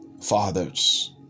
fathers